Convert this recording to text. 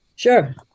Sure